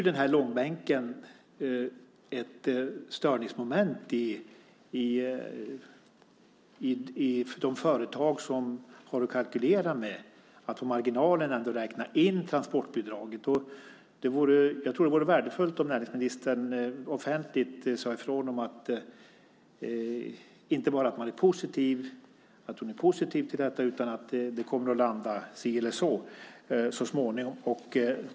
Denna långbänk blir ett störningsmoment för de företag som har att kalkylera med att på marginalen ändå räkna in transportbidraget. Jag tror att det vore värdefullt om näringsministern offentligt sade inte bara att hon är positiv till detta utan också att det så småningom kommer att landa si eller så.